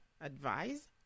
Advise